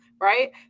right